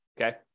Okay